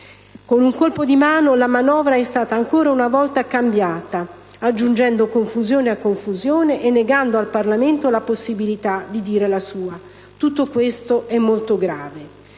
Con un colpo di mano la manovra è stata ancora una volta cambiata, aggiungendo confusione a confusione e negando al Parlamento la possibilità di dire la sua. Tutto questo è molto grave.